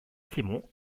piémont